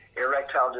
erectile